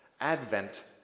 Advent